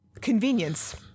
Convenience